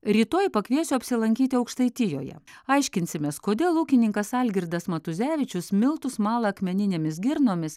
rytoj pakviesiu apsilankyti aukštaitijoje aiškinsimės kodėl ūkininkas algirdas matuzevičius miltus mala akmeninėmis girnomis